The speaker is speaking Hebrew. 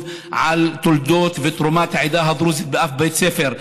על תולדות ותרומת העדה הדרוזית באף בית ספר.